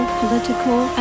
political